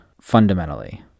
fundamentally